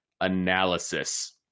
analysis